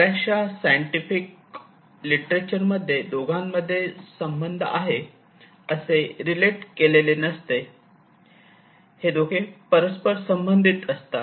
बर्याचशा scientific literature मध्ये दोघांमध्ये संबंध आहे असे रिलेट केलेले नसते हे दोघे परस्पर संबंधित असतात